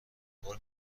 بار